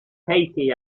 katie